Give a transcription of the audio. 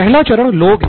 पहला चरण लोग है